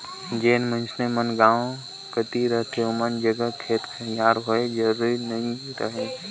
जेन मइनसे मन गाँव कती रहथें ओमन जग खेत खाएर होए जरूरी नी रहें